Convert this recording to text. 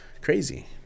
crazy